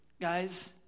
guys